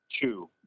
two